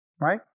right